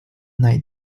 night